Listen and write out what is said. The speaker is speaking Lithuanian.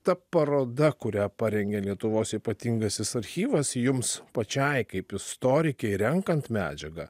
ta paroda kurią parengė lietuvos ypatingasis archyvas jums pačiai kaip istorikei renkant medžiagą